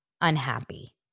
unhappy